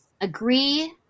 Agree